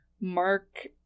Mark